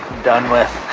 done with.